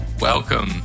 Welcome